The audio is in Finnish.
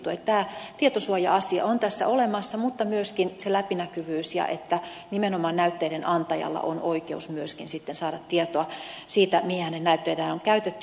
tämä tietosuoja asia on tässä olemassa mutta myöskin se läpinäkyvyys ja se että nimenomaan näytteiden antajalla on oikeus myöskin sitten saada tietoa siitä mihin hänen näytteitään on käytetty